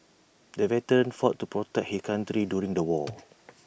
the veteran fought to protect his country during the war